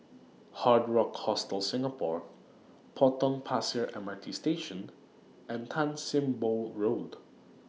Hard Rock Hostel Singapore Potong Pasir M R T Station and Tan SIM Boh Road